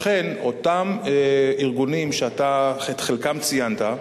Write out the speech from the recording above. לכן אותם ארגונים, שאת חלקם ציינת,